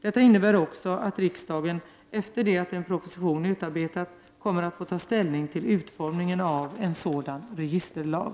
Detta innebär också att riksdagen efter det att en proposition utarbetats kommer att få ta ställning till utformningen av en sådan registerlag.